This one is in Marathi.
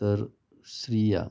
तर स्त्रिया